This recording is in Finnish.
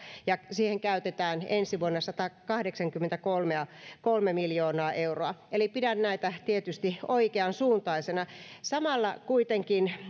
ja siihen käytetään ensi vuonna satakahdeksankymmentäkolme miljoonaa euroa eli pidän näitä tietysti oikeansuuntaisena samalla kuitenkin